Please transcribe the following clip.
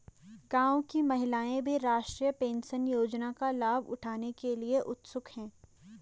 गांव की महिलाएं भी राष्ट्रीय पेंशन योजना का लाभ उठाने के लिए उत्सुक हैं